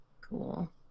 Cool